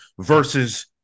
versus